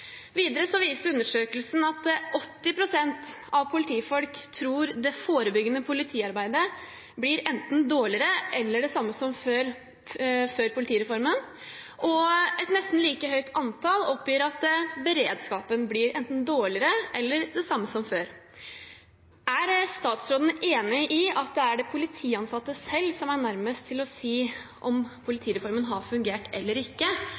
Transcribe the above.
Videre viste undersøkelsen at 80 pst. av politifolk tror det forebyggende politiarbeidet blir enten dårligere eller det samme som før politireformen, og et nesten like høyt antall oppgir at beredskapen blir enten dårligere eller den samme som før. Er statsråden enig i at det er de politiansatte selv som er nærmest til å si om politireformen har fungert eller ikke?